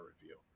review